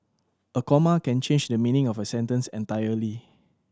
a comma can change the meaning of a sentence entirely